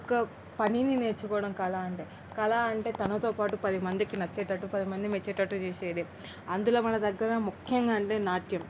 ఒక పనిని నేర్చుకోవడం కళ అంటే కళ అంటే తనతోపాటు పదిమందికి నచ్చేటట్టు పదిమంది మెచ్చేటట్టు చేసేదే అందులో మన దగ్గర ముఖ్యంగా అంటే నాట్యం